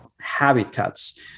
habitats